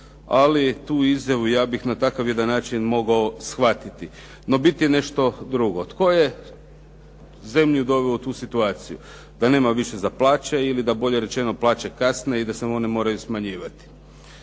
ali tu izjavu ja bih na takav jedan način mogao shvatiti. No, bit je nešto drugo. Tko je zemlju doveo u tu situaciju da nema više za plaće ili da bolje rečeno plaće kasne i da se one moraju smanjivati?